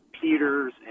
Peters